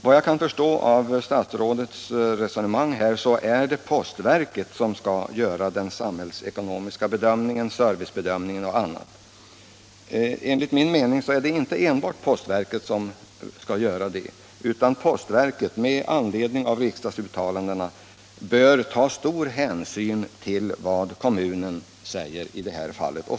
Vad jag kan förstå av statsrådets resonemang är det postverket som skall göra den samhällsekonomiska bedömningen, servicebedömningen m.m. Enligt min mening är det inte enbart postverket som skall göra detta utan postverket bör — med anledning av riksdagsuttalandena — ta stor hänsyn till vad kommunen säger i det här fallet.